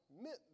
meant